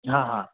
हाँ हाँ